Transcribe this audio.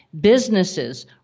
Businesses